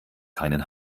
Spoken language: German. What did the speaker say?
keinen